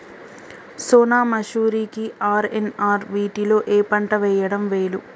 సోనా మాషురి కి ఆర్.ఎన్.ఆర్ వీటిలో ఏ పంట వెయ్యడం మేలు?